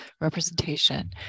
representation